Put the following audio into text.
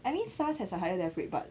I mean SARS has a higher death rate but